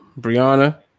brianna